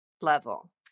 level